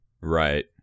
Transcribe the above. Right